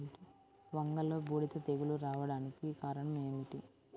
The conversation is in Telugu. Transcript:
వంగలో బూడిద తెగులు రావడానికి కారణం ఏమిటి?